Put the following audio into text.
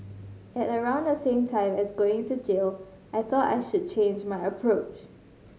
at around the same time as going to jail I thought I should change my approach